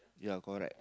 ya correct